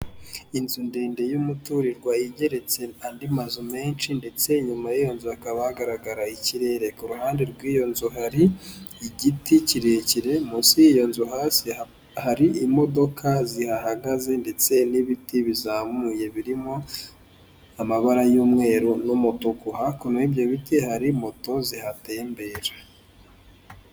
Inzu ndende y'umuturirwa igeretse andi mazu menshi ndetse inyuma y'iyo nzu hakaba hagaragara ikirere, ku ruhande rw'iyo nzu hari igiti kirekire, munsi y'iyo nzu hasi hari imodoka zihahagaze ndetse n'ibiti bizamuye birimo amabara y'umweru n'umutuku, hakuno y'ibyo biti hari moto zihatembera.